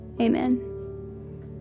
amen